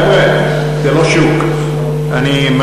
חבר'ה, זה לא שוק.